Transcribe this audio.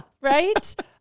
Right